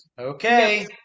Okay